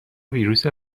ویروس